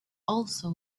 also